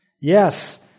Yes